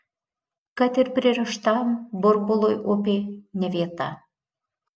kad ir pririštam burbului upė ne vieta